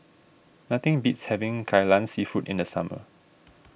nothing beats having Kai Lan Seafood in the summer